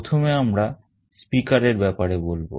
প্রথমে আমরা speaker এর ব্যাপারে বলব